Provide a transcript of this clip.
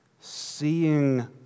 seeing